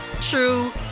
true